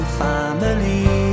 family